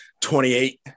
28